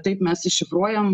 taip mes iššifruojam